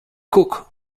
cook